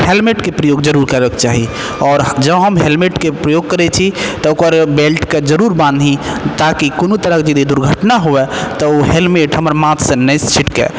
हेलमेटके प्रयोग जरुर करै के चाही आओर जँ हम हेलमेटके प्रयोग करै छी तऽ ओकर बेल्टके जरुर बान्हि ताकि कोनो तरहक यदि दुर्घटना हुए तऽ ओ हेलमेट हमर माथसँ नहि छिटकै